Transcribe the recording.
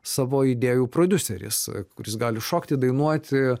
savo idėjų prodiuseris kuris gali šokti dainuoti